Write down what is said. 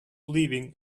leaving